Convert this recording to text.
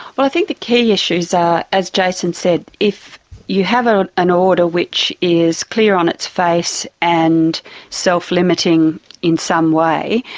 but i think the key issues are, as jason said, if you have ah an order which is clear on its face and self-limiting in some way,